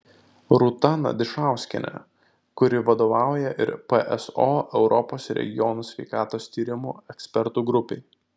rūta nadišauskienė kuri vadovauja ir pso europos regiono sveikatos tyrimų ekspertų grupei